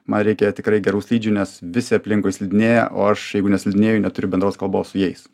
man reikia tikrai gerų slidžių nes visi aplinkui slidinėja o aš jeigu neslidinėju neturiu bendros kalbos su jais